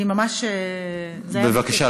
בבקשה.